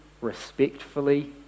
respectfully